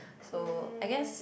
so I guess